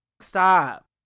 stop